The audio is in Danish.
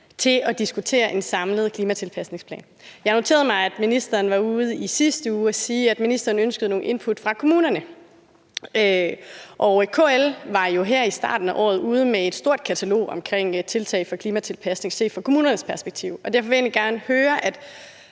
for at diskutere en samlet klimatilpasningsplan. Jeg noterede mig, at ministeren var ude i sidste uge at sige, at ministeren ønskede nogle input fra kommunerne. KL var jo her i starten af året ude med et stort katalog over tiltag for klimatilpasning set fra kommunernes perspektiv. Derfor vil jeg egentlig gerne høre,